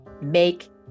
Make